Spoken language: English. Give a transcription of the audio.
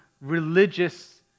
religious